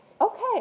okay